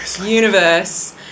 universe